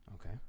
Okay